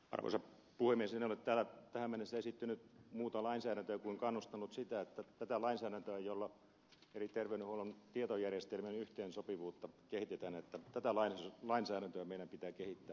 en ole täällä tähän mennessä esittänyt muuta lainsäädäntöä kuin kannustanut siihen että tätä lainsäädäntöä jolla eri terveydenhuollon tietojärjestelmien yhteensopivuutta kehitetään meidän pitää kehittää